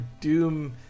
Doom